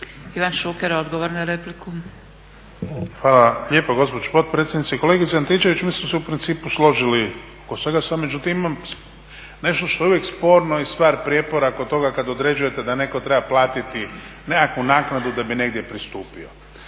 **Šuker, Ivan (HDZ)** Hvala lijepa gospođo potpredsjednice. Kolegice Antičević mi smo se u principu složili oko svega, međutim ima nešto što je uvijek sporno i stvar prijepora kod toga kad određujete da netko treba platiti nekakvu naknadu da bi negdje pristupio.